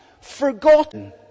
forgotten